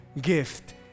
gift